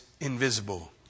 invisible